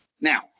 now